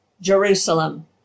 Jerusalem